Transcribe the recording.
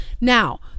Now